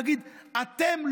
להגיד: אתם,